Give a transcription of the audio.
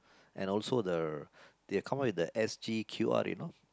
and also the they'll come up with the S_G_Q_R you know